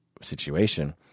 situation